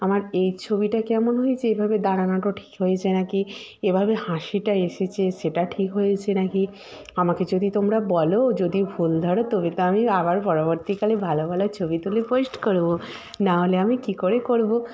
আমার এই ছবিটা কেমন হয়েছে এভাবে দাঁড়ানোটা ঠিক হয়েছে নাকি এভাবে হাসিটা এসেছে সেটা ঠিক হয়েছে নাকি আমাকে যদি তোমরা বলো যদি ভুল ধরো তবে তো আমি আবার পরবর্তীকালে ভালো ভালো ছবি তুলে পোস্ট করব নাহলে আমি কী করে করব